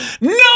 No